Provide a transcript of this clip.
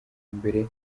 mbere